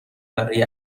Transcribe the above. برای